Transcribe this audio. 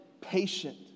patient